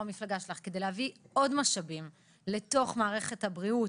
המפלגה שלך כדי להביא עוד משאבים אל תוך מערכת הבריאות,